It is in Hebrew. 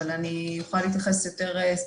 ואני יכולה להתייחס יותר ספציפית.